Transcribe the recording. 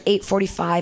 8.45